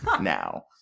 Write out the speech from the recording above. now